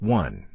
one